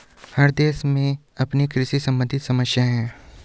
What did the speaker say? हर देश की अपनी कृषि सम्बंधित समस्याएं हैं